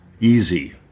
Easy